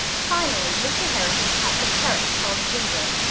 finally, mr. harrison kept a parrot called ginger.